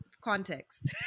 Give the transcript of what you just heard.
context